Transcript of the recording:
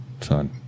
son